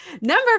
Number